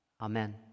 Amen